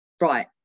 right